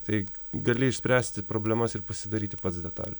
tai gali išspręsti problemas ir pasidaryti pats detalių